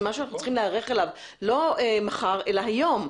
זה משהו שאנחנו צריכים להיערך אליו לא מחר אלא היום,